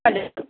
hello